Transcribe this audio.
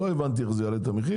לא הבנתי איך זה יעלה את המחיר.